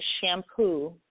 shampoo